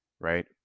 Right